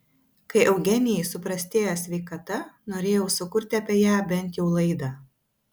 kai eugenijai suprastėjo sveikata norėjau sukurti apie ją bent jau laidą